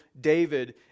David